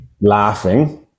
laughing